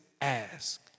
ask